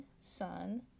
Sun